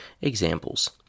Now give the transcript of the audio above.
Examples